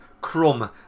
crumb